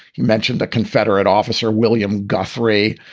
he mentioned a confederate officer, william guthrie.